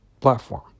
platform